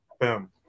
Boom